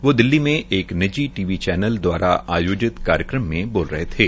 वो दिल्ली में एक निजी टी वी चैनल द्वारा आयोजित कार्यक्रम में बोल रहे थे